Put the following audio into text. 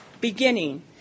beginning